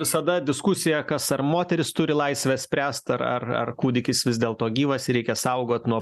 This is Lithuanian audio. visada diskusija kas ar moteris turi laisvę spręst ar ar ar kūdikis vis dėlto gyvas ir reikia saugot nuo